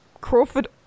Crawford